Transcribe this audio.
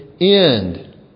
end